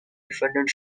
defendant